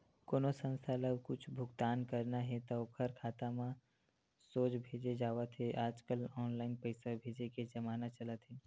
कोनो संस्था ल कुछ भुगतान करना हे त ओखर खाता म सोझ भेजे जावत हे आजकल ऑनलाईन पइसा भेजे के जमाना चलत हे